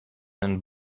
den